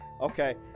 Okay